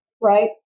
right